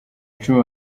icumi